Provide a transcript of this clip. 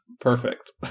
perfect